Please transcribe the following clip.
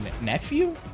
Nephew